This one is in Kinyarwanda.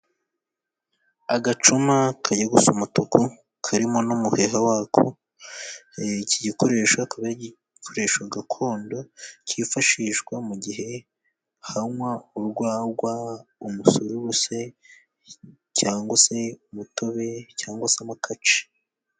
Agacuma kajya gusa umutuku karimo n'umuheha wako. Iki gikoresho akaba ari igikoresho gakondo cyifashishwa mu gihe hanyobwa urwagwa, umusururu se, cyangwa se umutobe cyangwa se amakaci.